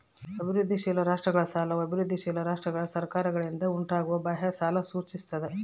ಅಭಿವೃದ್ಧಿಶೀಲ ರಾಷ್ಟ್ರಗಳ ಸಾಲವು ಅಭಿವೃದ್ಧಿಶೀಲ ರಾಷ್ಟ್ರಗಳ ಸರ್ಕಾರಗಳಿಂದ ಉಂಟಾಗುವ ಬಾಹ್ಯ ಸಾಲ ಸೂಚಿಸ್ತದ